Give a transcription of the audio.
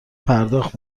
پرداخت